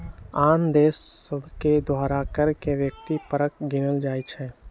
आन देश सभके द्वारा कर के व्यक्ति परक गिनल जाइ छइ